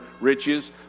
riches